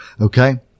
okay